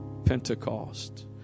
Pentecost